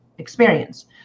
experience